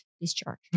discharge